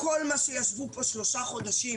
כל מה שישבו פה שלושה חודשים,